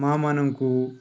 ମା'ମାନଙ୍କୁ